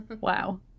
wow